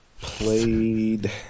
played